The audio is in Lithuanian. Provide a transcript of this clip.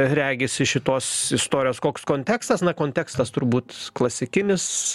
regisi šitos istorijos koks kontekstas na kontekstas turbūt klasikinis